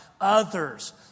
others